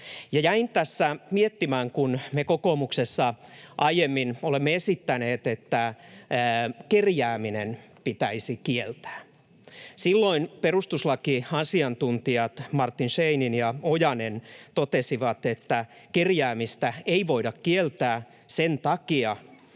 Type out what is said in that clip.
Jäin tässä miettimään, kun me kokoomuksessa aiemmin olemme esittäneet, että kerjääminen pitäisi kieltää. Silloin perustuslakiasiantuntijat Martin Scheinin ja Ojanen totesivat, että kerjäämistä ei voida kieltää sen takia,